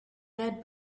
made